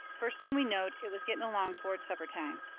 first thing we knowed it was getting along toward supper time.